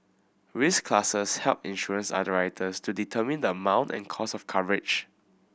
risk classes help insurance underwriters to determine the amount and cost of coverage